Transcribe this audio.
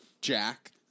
Jack